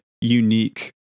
unique